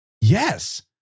Yes